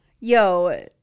yo